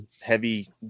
heavy